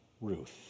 Ruth